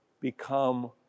become